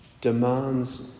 demands